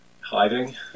hiding